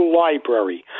library